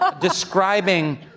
describing